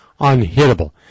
unhittable